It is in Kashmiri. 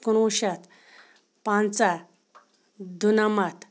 کُنوُہ شیٚتھ پَنٛژَہ دُنَمَتھ